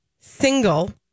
single